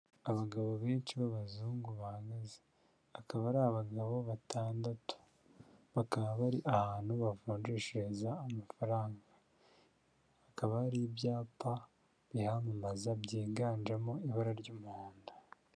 Abagabo benshi b'abazungu bahagaze akaba ari abagabo batandatu, bakaba bari ahantu bavunjishiriza amafaranga hakaba hari ibyapa biyamamaza byiganjemo ibara ry'umuhondo.